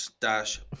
Dash